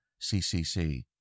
CCC